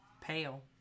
pale